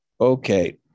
Okay